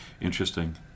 Interesting